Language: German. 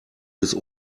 bis